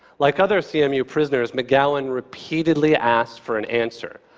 like other cmu prisoners, mcgowan repeatedly asked for an answer,